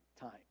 time